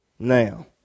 Now